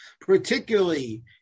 particularly